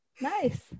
Nice